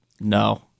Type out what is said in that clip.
No